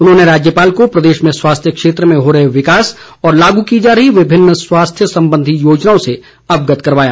उन्होंने राज्यपाल को प्रदेश में स्वास्थ्य क्षेत्र में हो रहे विकास और लागू की जा रही विभिन्न स्वास्थ्य संबंधी योजनाओं से अवगत कराया